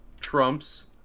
Trump's